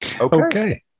okay